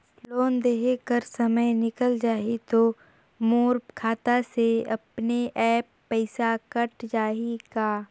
Loan देहे कर समय निकल जाही तो मोर खाता से अपने एप्प पइसा कट जाही का?